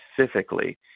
specifically